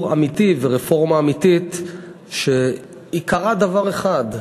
אמיתי ורפורמה אמיתית שעיקרה דבר אחד: